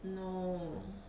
no